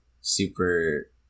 super